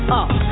up